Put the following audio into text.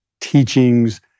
teachings